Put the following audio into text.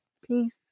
Peace